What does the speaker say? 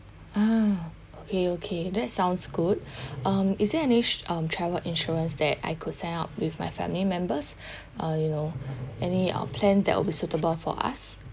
ah okay okay that sounds good um is there any s~ um travel insurance that I could sign up with my family members uh you know any uh plan that will be suitable for us